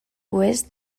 oest